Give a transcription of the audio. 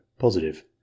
Positive